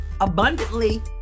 abundantly